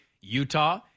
Utah